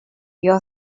your